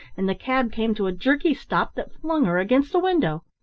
and the cab came to a jerky stop that flung her against the window.